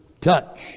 touch